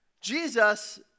Jesus